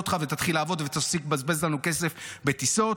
אותך ותתחיל לעבוד ותפסיק לבזבז לנו כסף בטיסות.